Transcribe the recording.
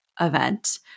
event